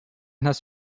nas